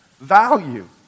value